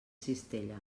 cistella